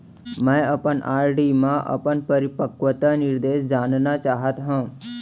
मै अपन आर.डी मा अपन परिपक्वता निर्देश जानना चाहात हव